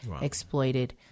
exploited